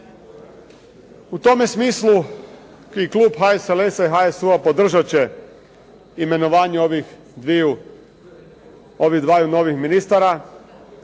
U tome smislu i Klub HSLS-a i HSU-a podržat će imenovanje ovih dviju, ovih dvaju